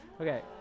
Okay